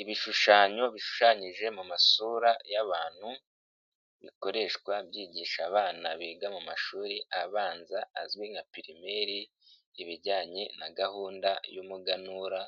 Ibishushanyo bishushanyije mu masura y'abantu, bikoreshwa byigisha abana biga mu mashuri abanza azwi nka pirimeri, ibijyanye na gahunda y'umuganura